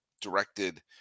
directed